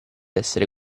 essere